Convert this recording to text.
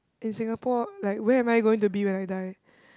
in Singapore like where am I going to be when I die